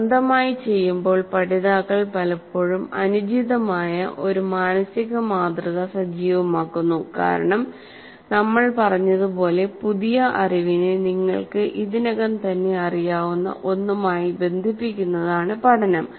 സ്വന്തമായി ചെയ്യുമ്പോൾ പഠിതാക്കൾ പലപ്പോഴും അനുചിതമായ ഒരു മാനസിക മാതൃക സജീവമാക്കുന്നു കാരണം നമ്മൾ പറഞ്ഞതുപോലെ പുതിയ അറിവിനെ നിങ്ങൾക്ക് ഇതിനകം തന്നെ അറിയാവുന്ന ഒന്നുമായി ബന്ധിപ്പിക്കുന്നതാണ് പഠനം